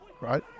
right